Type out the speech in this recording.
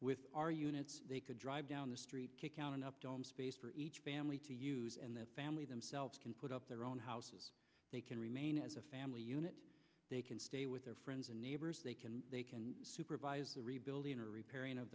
with our units they could drive down the street to count up to each family to use and the family themselves can put up their own houses they can remain as a family unit they can stay with their friends and neighbors they can they can supervise the rebuilding or repairing of